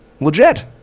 legit